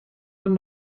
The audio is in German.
dann